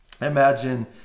Imagine